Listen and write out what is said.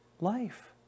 life